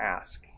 ask